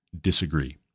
disagree